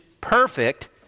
perfect